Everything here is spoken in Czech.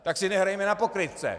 Tak si nehrajme na pokrytce.